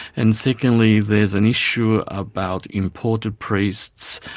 and secondly, there's an issue about imported priests,